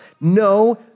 No